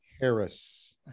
Harris